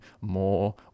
more